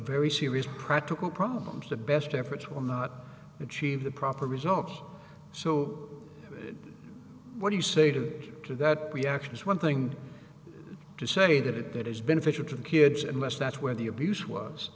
serious practical problems the best efforts will not achieve the proper results so what do you say to them to that reaction is one thing to say that it is beneficial to the kids unless that's where the abuse was